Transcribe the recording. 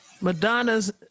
Madonna's